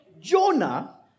Jonah